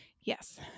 yes